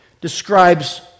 describes